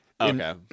Okay